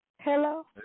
hello